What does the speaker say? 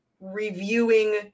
reviewing